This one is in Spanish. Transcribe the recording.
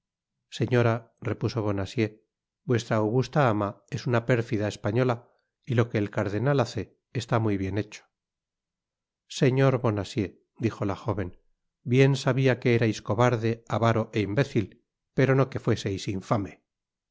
señora repuso bonacieux vuestra augusta ama es una pérfida española y lo que el cardenal hace está muy bien hecho señor bonacieux dijo la joven bien sabia que erais cobarde avaro é imbécil pero no que fueseis infame